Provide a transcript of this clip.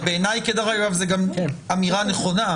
דרך אגב, בעיניי זאת גם אמירה נכונה.